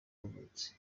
yavutse